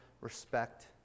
respect